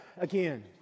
Again